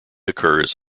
occurs